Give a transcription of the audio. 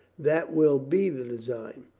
that will be the design.